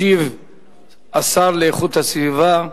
ישיב השר להגנת הסביבה,